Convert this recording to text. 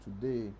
today